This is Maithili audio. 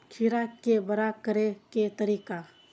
खीरा के बड़ा करे के तरीका?